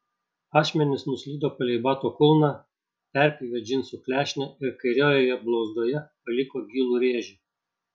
ašmenys nuslydo palei bato kulną perpjovė džinsų klešnę ir kairiojoje blauzdoje paliko gilų rėžį